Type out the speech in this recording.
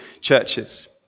churches